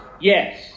Yes